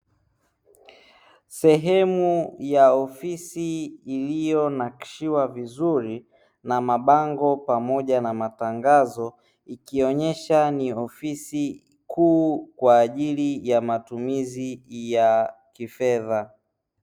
Sehemu ya ofisi iliyo nakishiwa vizuri na mabango pamoja na matangazo, ikionesha ni ofisi kuu kwaajili ya matumizi ya kifedha.